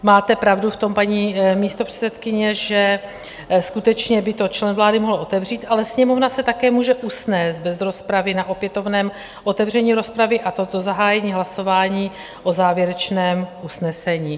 Máte pravdu v tom, paní místopředsedkyně, že skutečně by to člen vlády mohl otevřít, ale Sněmovna se také může usnést bez rozpravy na opětovném otevření rozpravy, a to do zahájení hlasování o závěrečném usnesení.